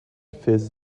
fizz